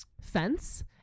fence